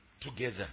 together